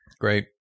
Great